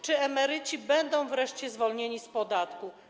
Czy emeryci będą wreszcie zwolnieni z podatku?